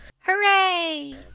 Hooray